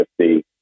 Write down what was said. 50